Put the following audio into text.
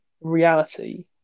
reality